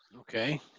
Okay